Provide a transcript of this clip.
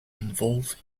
involved